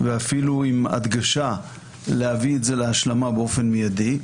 ואפילו עם הדגשה להביא את זה להשלמה באופן מידי.